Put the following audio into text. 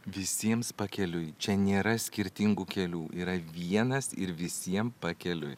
visiems pakeliui čia nėra skirtingų kelių yra vienas ir visiem pakeliui